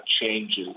changes